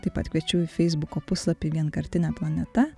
taip pat kviečiu į feisbuko puslapį vienkartinė planeta